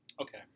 okay